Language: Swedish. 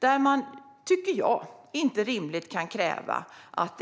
Det är inte rimligt att kräva att